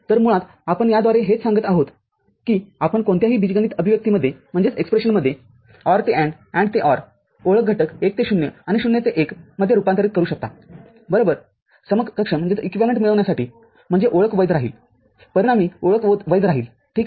तरमुळात आपण याद्वारे हेच सांगत आहोत की आपण कोणत्याही बीजगणित अभिव्यक्तीमध्ये OR ते AND AND ते OR ओळख घटक १ ते ० आणि ० ते १ मध्ये रूपांतरित करू शकता बरोबर समकक्ष मिळविण्यासाठी म्हणजे ओळख वैध राहील परिणामी ओळख वैध राहील ठीक आहे